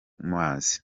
mazi